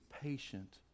patient